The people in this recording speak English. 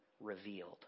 revealed